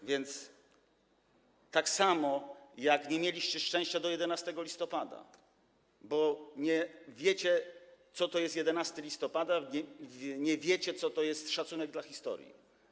A więc tak samo, jak z tym, że nie mieliście szczęścia do 11 listopada, bo nie wiecie, co to jest 11 listopada, nie wiecie, co to jest szacunek dla historii.